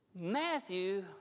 Matthew